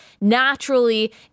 naturally